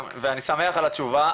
אני שמח על התכנית,